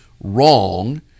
wrong